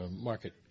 market